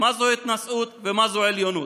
מה זו התנשאות ומה זו עליונות.